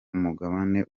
nk’umugabane